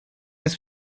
jest